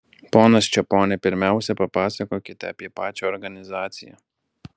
ponas čeponi pirmiausia papasakokite apie pačią organizaciją